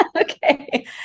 Okay